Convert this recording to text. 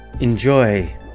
enjoy